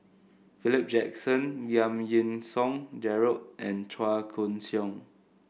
Philip Jackson Giam Yean Song Gerald and Chua Koon Siong